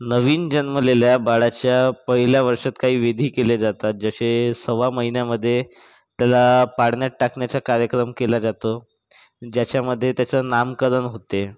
नवीन जन्मलेल्या बाळाच्या पहिल्या वर्षात काही विधी केले जातात जसे सव्वा महिनामधे त्याला पाळण्यात टाकण्याचा कार्यक्रम केला जातो ज्याच्यामधे त्याचं नामकरण होते